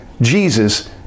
Jesus